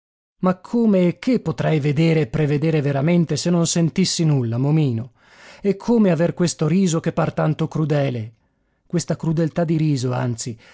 ma come e che potrei vedere e prevedere veramente se non sentissi nulla momino e come aver questo riso che par tanto crudele questa crudeltà di riso anzi